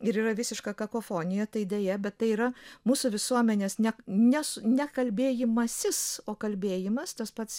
ir yra visiška kakofonija tai deja bet tai yra mūsų visuomenės ne nes ne kalbėjimasis o kalbėjimas tas pats